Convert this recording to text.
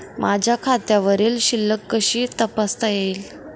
माझ्या खात्यावरील शिल्लक कशी तपासता येईल?